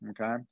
Okay